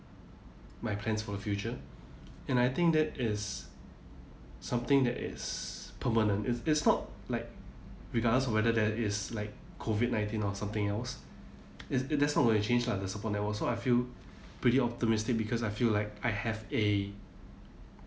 my plans for the future and I think that is something that is permanent it it's not like regardless of whether that is like COVID nineteen or something else it it's not what's gonna change lah the support network so I feel pretty optimistic because I feel like I have a